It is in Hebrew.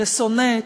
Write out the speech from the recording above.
לשונאת.